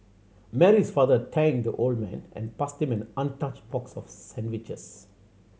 Mary's father thanked the old man and passed him an untouched box of sandwiches